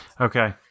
Okay